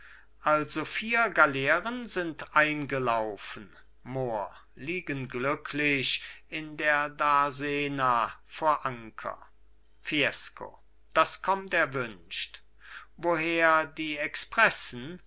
also vier galeeren sind eingelaufen mohr liegen glücklich in der darsena vor anker fiesco das kommt erwünscht woher die expressen